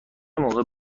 موقع